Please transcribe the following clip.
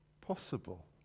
possible